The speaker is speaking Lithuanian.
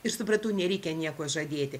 ir supratau nereikia nieko žadėti